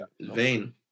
vain